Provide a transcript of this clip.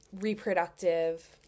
reproductive